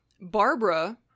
Barbara